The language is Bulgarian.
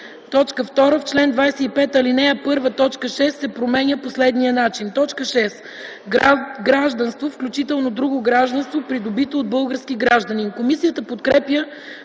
2. В чл. 25, ал. 1, т. 6 се променя по следния начин: „6. Гражданство; включително друго гражданство, придобито от български гражданин.”